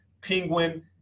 Penguin